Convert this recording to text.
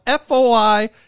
FOI